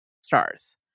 stars